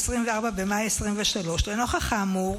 24 במאי 2023. לנוכח האמור,